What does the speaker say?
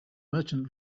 merchant